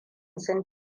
sun